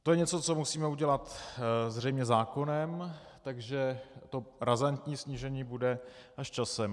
To je něco, co musíme udělat zřejmě zákonem, takže to razantní snížení bude až časem.